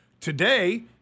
Today